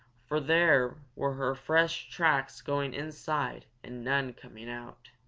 for there were her fresh tracks going inside and none coming out.